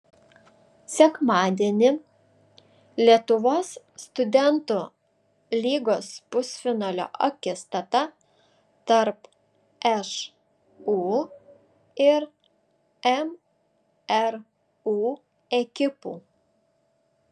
sekmadienį lietuvos studentų lygos pusfinalio akistata tarp šu ir mru ekipų